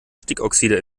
stickoxide